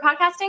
podcasting